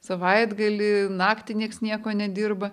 savaitgalį naktį nieks nieko nedirba